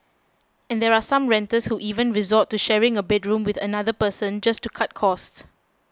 and there are some renters who even resort to sharing a bedroom with another person just to cut costs